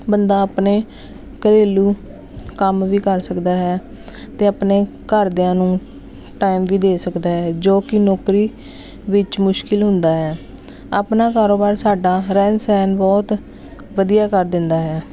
ਬੰਦਾ ਆਪਣੇ ਘਰੇਲੂ ਕੰਮ ਵੀ ਕਰ ਸਕਦਾ ਹੈ ਅਤੇ ਆਪਣੇ ਘਰਦਿਆਂ ਨੂੰ ਟਾਈਮ ਵੀ ਦੇ ਸਕਦਾ ਹੈ ਜੋ ਕਿ ਨੌਕਰੀ ਵਿੱਚ ਮੁਸ਼ਕਲ ਹੁੰਦਾ ਹੈ ਆਪਣਾ ਕਾਰੋਬਾਰ ਸਾਡਾ ਰਹਿਣ ਸਹਿਣ ਬਹੁਤ ਵਧੀਆ ਕਰ ਦਿੰਦਾ ਹੈ